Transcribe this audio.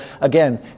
again